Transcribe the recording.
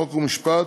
חוק ומשפט,